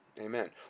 Amen